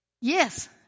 Yes